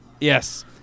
yes